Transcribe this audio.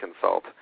consult